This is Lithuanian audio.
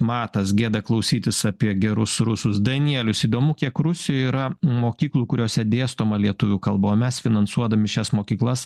matas gėda klausytis apie gerus rusus danielius įdomu kiek rusijoj yra mokyklų kuriose dėstoma lietuvių kalba o mes finansuodami šias mokyklas